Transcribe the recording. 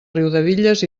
riudebitlles